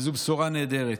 וזו בשורה נהדרת.